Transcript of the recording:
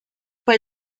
bei